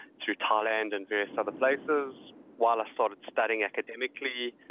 through thailand and various other places while i started studying academically.